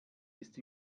ist